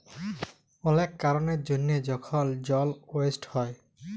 অলেক কারলের জ্যনহে যখল জল ওয়েস্ট হ্যয়